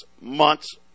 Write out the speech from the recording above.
months